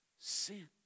sin